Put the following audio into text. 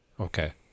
Okay